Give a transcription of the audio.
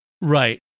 Right